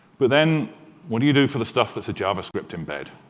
but then what do you do for the stuff that's a javascript embed?